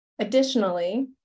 Additionally